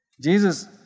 Jesus